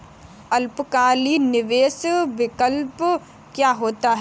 अल्पकालिक निवेश विकल्प क्या होता है?